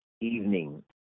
evening